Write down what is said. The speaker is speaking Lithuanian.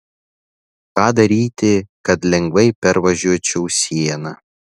ką daryti kad lengvai pervažiuočiau sieną